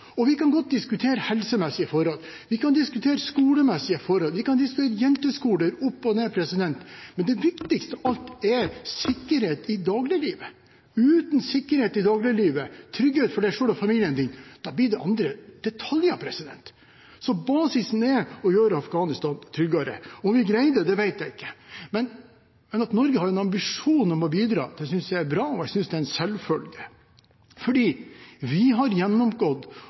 sikkerhet. Vi kan godt diskutere helsemessige forhold, vi kan diskutere skolemessige forhold, vi kan diskutere jenteskoler opp og ned, men det viktigste av alt er sikkerhet i dagliglivet. Uten sikkerhet i dagliglivet, trygghet for deg selv og familien din, blir det andre detaljer. Basisen er å gjøre Afghanistan tryggere. Om vi greide det, vet jeg ikke. Men at Norge har en ambisjon om å bidra, synes jeg er bra, og jeg synes det er en selvfølge, for vi har gjennomgått